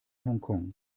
hongkong